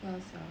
ya sia